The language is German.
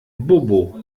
bobo